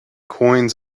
coins